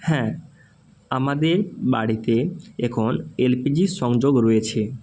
হ্যাঁ আমাদের বাড়িতে এখন এলপিজির সংযোগ রয়েছে